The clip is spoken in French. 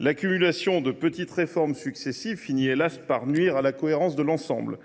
L’accumulation de petites réformes successives finit, hélas ! par nuire à la cohérence de l’ensemble.